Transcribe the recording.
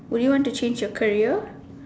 would you want to change your career